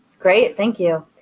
great, thank you.